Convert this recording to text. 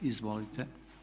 Izvolite.